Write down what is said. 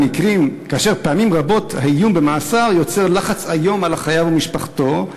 "כאשר פעמים רבות האיום במאסר יוצר לחץ איום על החייב ומשפחתו,